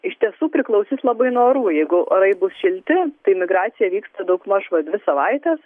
iš tiesų priklausys labai nuo orų jeigu orai bus šilti tai migracija vyksta daugmaž dvi savaites